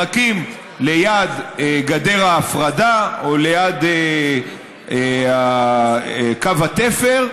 מחכים ליד גדר ההפרדה או ליד קו התפר,